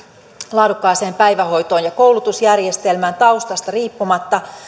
laadukkaaseen päivähoitoon ja koulutusjärjestelmään taustasta riippumatta